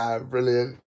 Brilliant